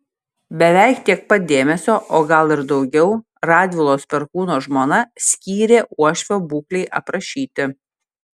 beveik tiek pat dėmesio o gal ir daugiau radvilos perkūno žmona skyrė uošvio būklei aprašyti